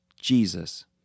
Jesus